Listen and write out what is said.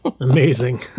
Amazing